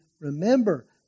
remember